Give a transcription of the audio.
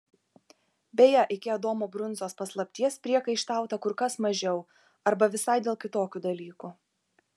beje iki adomo brunzos paslapties priekaištauta kur kas mažiau arba visai dėl kitokių dalykų